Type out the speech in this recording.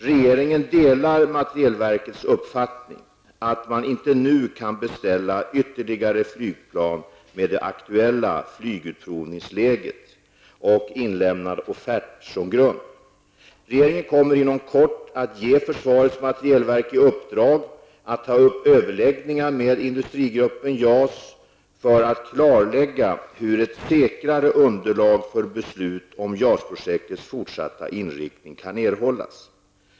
Regeringen delar materielverkets uppfattning att man inte nu kan beställa ytterligare flygplan med det aktuella flygutprovningsläget och inlämnad offert som grund. Regeringen kommer inom kort att ge försvarets materielverk i uppdrag att ta upp överläggningar med Industrigruppen JAS för att klarlägga hur ett säkrare underlag för beslut om JAS-projektets fortsatta inriktning kan erhållas.